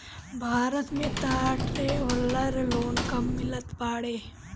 भारत में तअ traveller loan कम मिलत बाटे